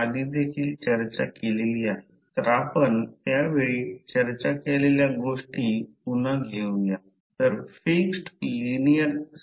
आता ही एक वर्तुळाकार रिंग आहे म्हणून आपण काय करूयात तर मीन पाथ घेऊयात हा प्रत्यक्षात मीन फ्लक्स पाथ आहे सरासरी अंतर घेईल